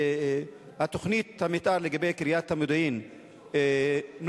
שתוכנית המיתאר לגבי קריית המודיעין הופרדה,